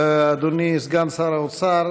אדוני סגן שר האוצר,